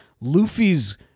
Luffy's